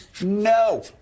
No